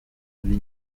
muri